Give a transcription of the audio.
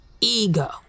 ego